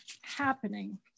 happening